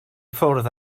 ffwrdd